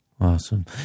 Awesome